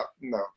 No